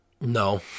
No